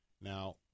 Now